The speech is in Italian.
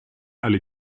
alle